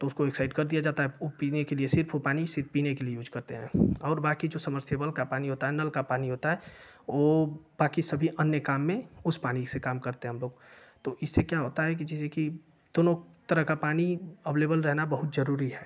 तो उसके एक साइड कर दिया जाता ए ऊ पीने के लिए सिर्फ उ पानी सिर्फ पीने के लिए यूज करते ए और बाकी जो समरसेबल का पानी होता है नल का पानी होता है वो बाकी सभी अन्य काम में उस पानी से काम करते हैं हम लोग तो इससे क्या होता है कि जैसे कि दोनों तरह का पानी अवलेबल रहना बहुत जरूरी है